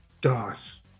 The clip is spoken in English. DOS